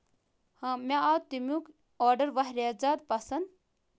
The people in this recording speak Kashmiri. آ مےٚ آو تَمیُک آرڈر واریاہ زیادٕ پَسند